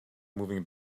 moving